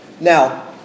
Now